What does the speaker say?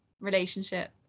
relationship